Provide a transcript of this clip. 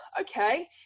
okay